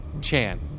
Chan